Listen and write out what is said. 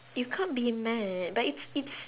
you can't be mad at it but it's it's